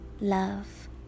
love